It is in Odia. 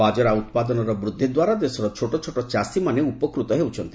ବାଜରା ଉତ୍ପାଦନର ବୃଦ୍ଧିଦ୍ୱାରା ଦେଶର ଛୋଟଛୋଟ ଚାଷୀମାନେ ଉପକୃତ ହେଉଛନ୍ତି